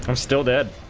um still did